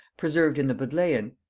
preserved in the bodleian,